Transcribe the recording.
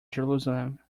jerusalem